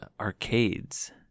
arcades